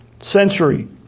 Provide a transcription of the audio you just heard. century